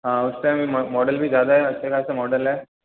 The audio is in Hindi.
हाँ उस टाइम भी मॉडल भी ज़्यादा है अच्छे खासे मॉडल है